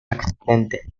accidente